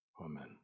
amen